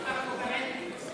אתה קוהרנטי.